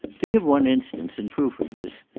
to give one instance in proof of this,